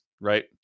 right